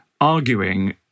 arguing